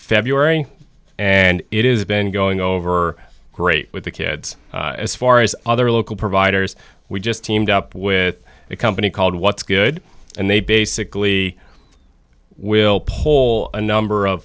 february and it is been going over great with the kids as far as other local providers we just teamed up with a company called what's good and they basically will poll a number of